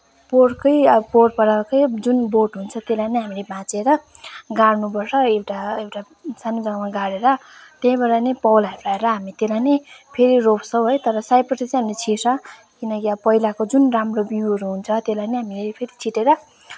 पोहेरकै पोहोर परारकै अब जुन बोट हुन्छ त्यसलाई नै हामीले भाँचेर गाड्नुपर्छ एउटा एउटा सानो जग्गामा गाडेर त्यहीबाट नै पलाएर हामी त्यसलाई नै फेरि रोप्छैँ है तर सयपत्री चाहिँ हामी छिट्छौँ किनकि अब पहिलाको जुन राम्रो बिउहरू हुन्छ त्यसलाई हामीहरूले फेरि छिटेर